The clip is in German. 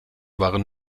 waren